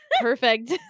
Perfect